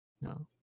no